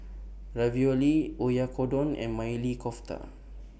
Ravioli Oyakodon and Maili Kofta